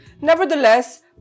Nevertheless